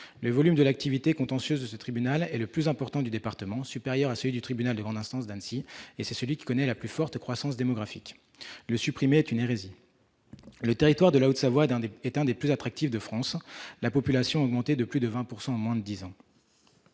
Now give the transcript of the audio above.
Le volume de l'activité contentieuse de ce tribunal est le plus important du département ; il est supérieur à celui du tribunal de grande instance d'Annecy, et c'est celui qui connaît la plus forte croissance démographique. Le supprimer est une hérésie ! Le territoire de la Haute-Savoie est l'un des plus attractifs de France : la population y a augmenté de plus de 20 % en moins de dix ans.